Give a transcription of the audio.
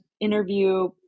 interview